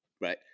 right